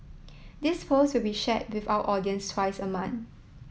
this post will be share with our audience twice a month